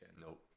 Nope